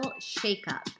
shakeup